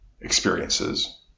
experiences